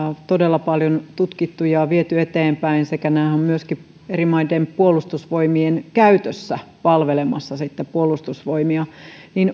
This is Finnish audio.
todella paljon tutkittu ja viety eteenpäin sekä nämä ovat myöskin eri maiden puolustusvoimien käytössä palvelemassa sitten puolustusvoimia niin